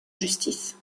justice